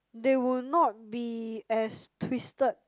they will not be as twisted